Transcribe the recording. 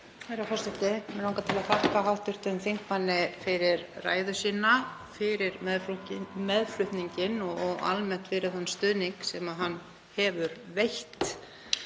Herra forseti. Mig langar til að þakka hv. þingmanni fyrir ræðuna, fyrir meðflutninginn og almennt fyrir þann stuðning sem hann hefur veitt